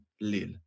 Lil